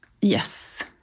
Yes